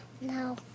No